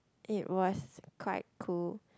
it was quite cool